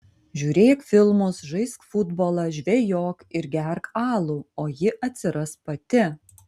žiūrėk filmus žaisk futbolą žvejok ir gerk alų o ji atsiras pati